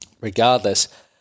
regardless